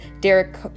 Derek